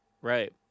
Right